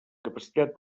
capacitat